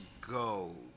go